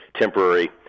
temporary